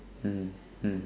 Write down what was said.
mm mm